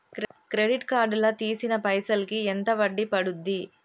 Credit card లా తీసిన పైసల్ కి ఎంత వడ్డీ పండుద్ధి?